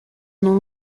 non